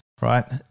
Right